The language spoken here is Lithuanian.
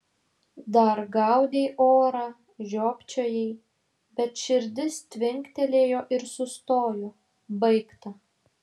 dar gaudei orą žiopčiojai bet širdis tvinktelėjo ir sustojo baigta